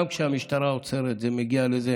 גם כשהמשטרה עוצרת, זה מגיע לאיזה